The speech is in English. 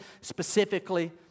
specifically